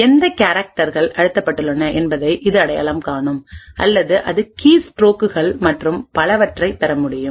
எந்த கேரக்டர்கள் அழுத்தப்பட்டுள்ளன என்பதை இது அடையாளம் காணும் அல்லது அது கீஸ்ட்ரோக்குகள் மற்றும் பலவற்றைப் பெறமுடியும்